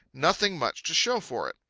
nothing much to show for it.